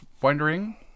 wondering